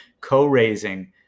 co-raising